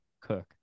cook